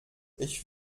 ich